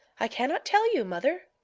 i cannot tell you, mother.